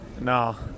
No